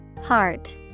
Heart